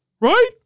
Right